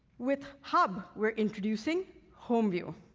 with hub, we're introducing home view.